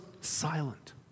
silent